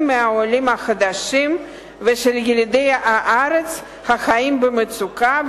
מהעולים החדשים ושל ילידי הארץ החיים במצוקה,